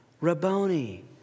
Rabboni